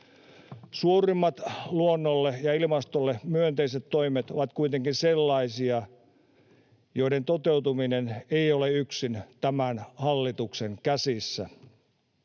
Suurimmat luonnolle ja ilmastolle myönteiset toimet ovat kuitenkin sellaisia, joiden toteutuminen ei ole yksin tämän hallituksen käsissä.